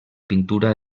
pintura